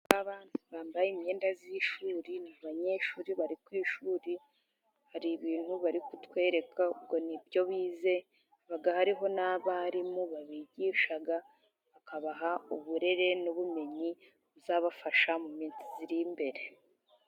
Abana bambaye imyenda y'ishuri, ni abanyeshuri bari ku ishuri, hari ibintu bari kutwereka ngo ibyo bize, haba hariho n'abarimu babigisha, bakabaha uburere n'ubumenyi buzabafasha mu minsi iri imbere.